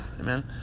amen